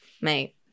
Mate